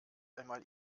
einmal